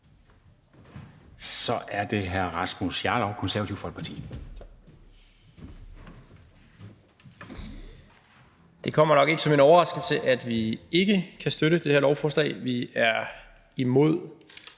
(Ordfører) Rasmus Jarlov (KF): Det kommer nok ikke som en overraskelse, at vi ikke kan støtte det her lovforslag. Vi er imod